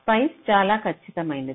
spice చాలా ఖచ్చితమైనది